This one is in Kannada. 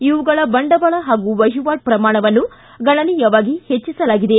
ಇವುಗಳ ಬಂಡವಾಳ ಹಾಗೂ ವಹಿವಾಟು ಪ್ರಮಾಣವನ್ನು ಗಣನೀಯವಾಗಿ ಹೆಚ್ಚಿಸಲಾಗಿದೆ